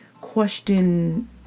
question